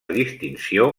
distinció